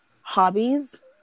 hobbies